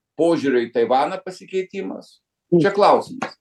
požiūrio į taivaną pasikeitimas čia klausimas